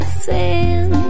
sin